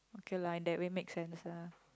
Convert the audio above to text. okay lah in that way make sense lah